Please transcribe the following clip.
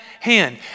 hand